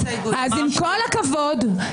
אז עם כל הכבוד,